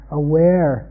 aware